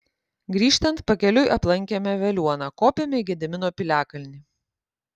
grįžtant pakeliui aplankėme veliuoną kopėme į gedimino piliakalnį